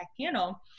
panel